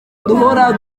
duhora